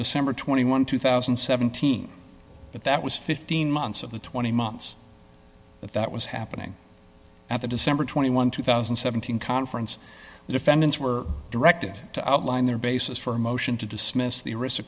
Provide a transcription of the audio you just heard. december twenty one two thousand and seventeen but that was fifteen months of the twenty months that that was happening at the december twenty one two thousand and seventeen conference the defendants were directed to outline their basis for a motion to dismiss the arista